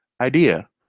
idea